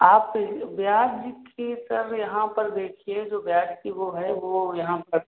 आप ब्याज की दर यहाँ पर देखिए जो ब्याज की वो है वो यहाँ पर